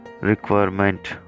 requirement